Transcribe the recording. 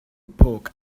poke